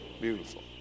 beautiful